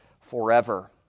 forever